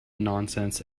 nonsense